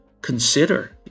consider